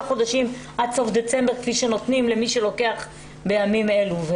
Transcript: חודשים עד סוף דצמבר כפי שנותנים למי שלוקח בימים אלו.